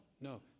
no